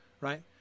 right